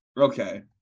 Okay